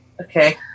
okay